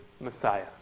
Messiah